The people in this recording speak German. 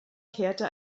kehrte